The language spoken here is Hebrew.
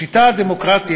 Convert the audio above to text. השיטה הדמוקרטית,